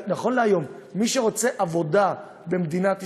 נכון להיום מי שרוצה עבודה במדינת ישראל,